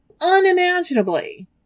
unimaginably